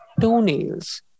toenails